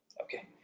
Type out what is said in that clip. Okay